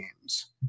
games